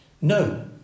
No